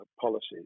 policies